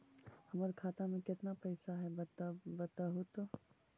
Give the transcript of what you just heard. हमर खाता में केतना पैसा है बतहू तो?